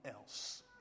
else